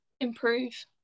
improve